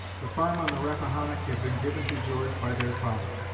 the farm on the rappahannock had been given to george by their father.